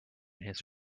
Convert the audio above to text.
his